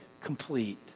complete